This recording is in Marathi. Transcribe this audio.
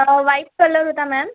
व्हाईट कलर होता मॅम